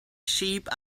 sheep